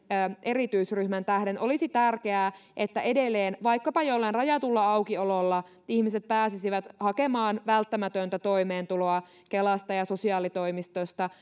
erityisryhmän tähden olisi tärkeää että edelleen vaikkapa jollain rajatulla aukiololla ihmiset pääsisivät hakemaan välttämätöntä toimeentuloa kelasta ja sosiaalitoimistosta